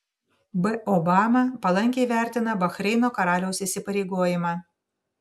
b obama palankiai vertina bahreino karaliaus įsipareigojimą